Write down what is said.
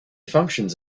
functions